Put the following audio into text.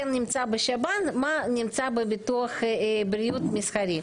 נמצא בשב"ן ומה נמצא בביטוח בריאות מסחרי.